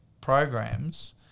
programs